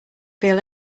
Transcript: feel